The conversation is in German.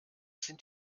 sind